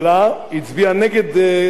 כפי שאתם זוכרים,